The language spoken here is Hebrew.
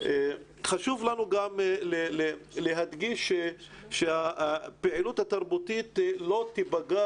חשוב לנו גם להדגיש שהפעילות התרבותית לא תפגע